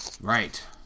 Right